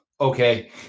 okay